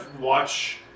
watch